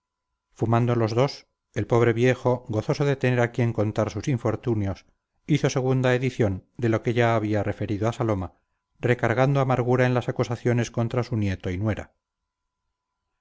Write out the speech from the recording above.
fumando los dos el pobre viejo gozoso de tener a quien contar sus infortunios hizo segunda edición de lo que ya había referido a saloma recargando amargura en las acusaciones contra su nieto y nuera